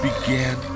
began